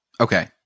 Okay